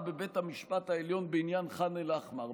בבית המשפט העליון בעניין ח'אן אל-אחמר.